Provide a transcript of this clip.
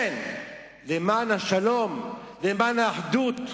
כן, למען השלום, למען האחדות,